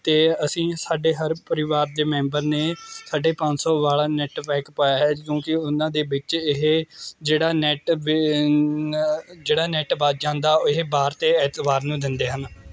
ਅਤੇ ਅਸੀਂ ਸਾਡੇ ਹਰ ਪਰਿਵਾਰ ਦੇ ਮੈਂਬਰ ਨੇ ਸਾਢੇ ਪੰਜ ਸੌ ਵਾਲਾ ਨੈੱਟ ਪੈਕ ਪਾਇਆ ਹੈ ਕਿਉਂਕੀ ਉਹਨਾਂ ਦੇ ਵਿੱਚ ਇਹ ਜਿਹੜਾ ਨੈੱਟ ਜਿਹੜਾ ਨੈੱਟ ਬਚ ਜਾਂਦਾ ਇਹ ਵਾਰ ਅਤੇ ਐਤਵਾਰ ਨੂੰ ਦਿੰਦੇ ਹਨ